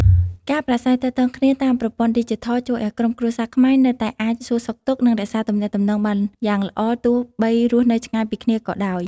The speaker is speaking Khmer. ការប្រាស្រ័យទាក់ទងគ្នាតាមប្រព័ន្ធឌីជីថលជួយឱ្យក្រុមគ្រួសារខ្មែរនៅតែអាចសួរសុខទុក្ខ និងរក្សាទំនាក់ទំនងបានយ៉ាងល្អទោះបីរស់នៅឆ្ងាយពីគ្នាក៏ដោយ។